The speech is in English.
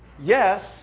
yes